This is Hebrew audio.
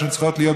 שצריכות להיות,